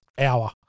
hour